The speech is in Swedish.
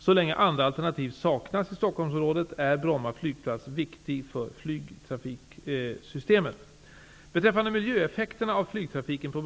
Så länge andra alternativ saknas i Stockholmsområdet är Bromma flygplats viktig för flygtrafiksystemet.